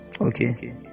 Okay